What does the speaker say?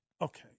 Okay